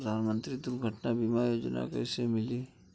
प्रधानमंत्री दुर्घटना बीमा योजना कैसे मिलेला?